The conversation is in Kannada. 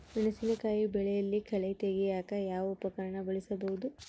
ಮೆಣಸಿನಕಾಯಿ ಬೆಳೆಯಲ್ಲಿ ಕಳೆ ತೆಗಿಯಾಕ ಯಾವ ಉಪಕರಣ ಬಳಸಬಹುದು?